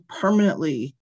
permanently